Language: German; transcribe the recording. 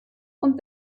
und